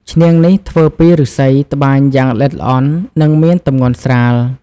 ឈ្នាង នេះធ្វើពីឫស្សីត្បាញយ៉ាងល្អិតល្អន់ និងមានទម្ងន់ស្រាល។